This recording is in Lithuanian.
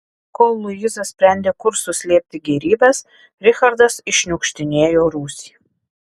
kol luiza sprendė kur suslėpti gėrybes richardas iššniukštinėjo rūsį